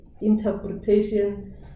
interpretation